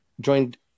Joined